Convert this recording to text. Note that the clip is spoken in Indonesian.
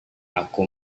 aku